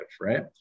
right